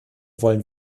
wollen